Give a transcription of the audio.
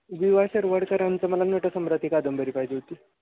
वि वा शिरवाडकरांचं मला नटसम्राट ही कादंबरी पाहिजे होती